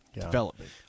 development